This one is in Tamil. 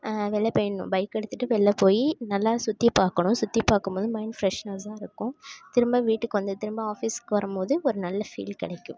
வெளில போயிடணும் பைக்கை எடுத்துகிட்டு வெளில போய் நல்லா சுற்றி பார்க்கணும் சுற்றி பார்க்கும் போது மைண்ட் ஃப்ரெஷ்னஸாக இருக்கும் திரும்ப வீட்டுக்கு வந்து திரும்ப ஆஃபீஸ்க்கு வரும் போது ஒரு நல்ல ஃபீல் கிடைக்கும்